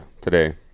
today